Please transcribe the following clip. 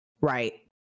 right